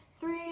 three